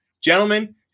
Gentlemen